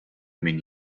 min